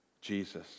Jesus